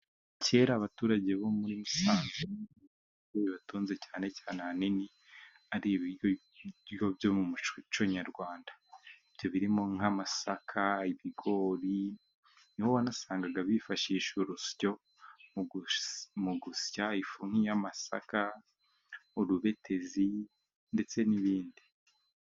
Kera abaturage bo muri Musanze, ibibatunze cyane cyane ahanini ari ibiryo byo mu muco nyarwanda. Ibyo birimo nk'amasaka, ibigori, ni ho wanasangaga bifashisha urusyo mu gusya ifu nk'iy'amasaka, urubetezi ndetse n'ibindi.